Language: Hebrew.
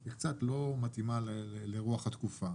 היא קצת לא מתאימה ל רוח התקופה.